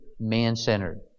man-centered